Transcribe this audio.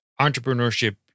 entrepreneurship